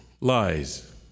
lies